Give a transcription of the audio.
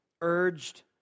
urged